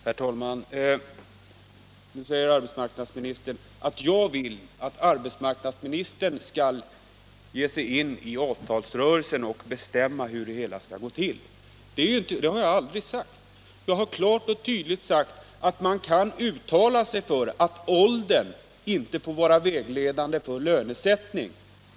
Herr talman! Nu säger arbetsmarknadsministern att jag vill att arbetsmarknadsministern skall ge sig in i avtalsrörelsen och bestämma hur det hela skall gå till. Det har jag aldrig sagt. Jag har klart och tydligt sagt att man kan uttala sig för att åldern inte får vara vägledande för lönesättningen.